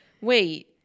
Wait